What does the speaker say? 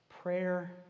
Prayer